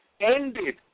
ended